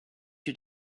you